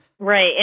Right